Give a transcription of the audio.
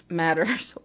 matters